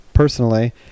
Personally